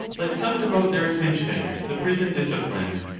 let some devote their attention to the prison discipline,